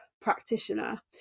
practitioner